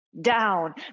Down